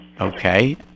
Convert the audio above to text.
Okay